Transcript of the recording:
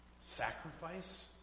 Sacrifice